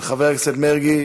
של חבר הכנסת מרגי.